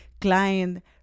client